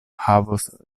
havos